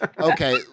Okay